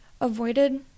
avoided